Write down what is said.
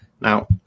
Now